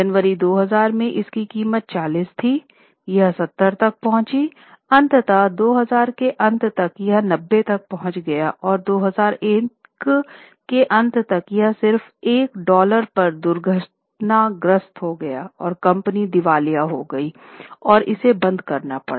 जनवरी 2000 में इसकी कीमत 40 थी यह 70 तक पहुँची अंततः 2000 के अंत तक यह 90 तक पहुंच गया और 2001 के अंत तक यह सिर्फ 1 डॉलर पर दुर्घटनाग्रस्त हो गया और कंपनी दिवालिया हो गई और इसे बंद करना पड़ा